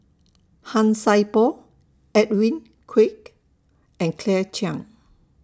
Han Sai Por Edwin Koek and Claire Chiang